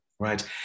Right